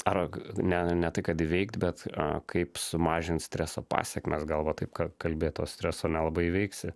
ar ne ne tai kad įveikti bet a kaip sumažint streso pasekmes gal va taip kad kalbėt to streso nelabai įveiksi